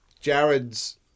Jared's